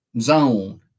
zone